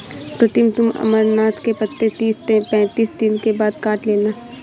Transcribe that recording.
प्रीतम तुम अमरनाथ के पत्ते तीस पैंतीस दिन के बाद काट लेना